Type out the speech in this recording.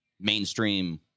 mainstream